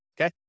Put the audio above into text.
Okay